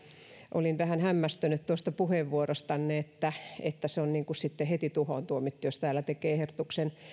olin vähän hämmästynyt tuosta puheenvuorostanne että että se on sitten heti tuhoon tuomittu jos täällä tekee ehdotuksen